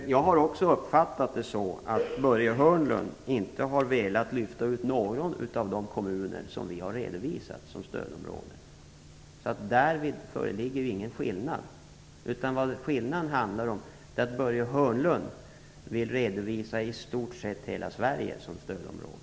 Jag har också uppfattat det som att Börje Hörnlund inte har velat lyfta ut någon av de kommuner som vi har redovisat som stödområden. Där föreligger ingen skillnad. Skillnaden ligger i att Börje Hörnlund vill redovisa i stort sett hela Sverige som stödområde.